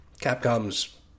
Capcom's